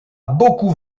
beaucoup